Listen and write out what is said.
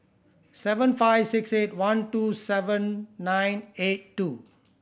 seven five six eight one two seven nine eight two